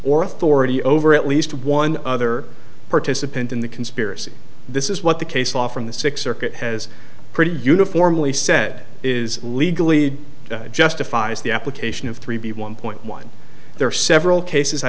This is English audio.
or authority over at least one other participant in the conspiracy this is what the case law from the six circuit has pretty uniformly said is legally justifies the application of three b one point one there are several cases i